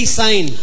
sign